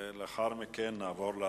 לאחר מכן נעבור להצבעה.